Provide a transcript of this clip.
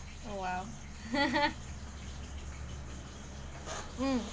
oh !wow! um